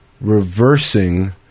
reversing